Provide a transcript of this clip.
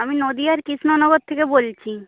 আমি নদীয়ার কৃষ্ণনগর থেকে বলছি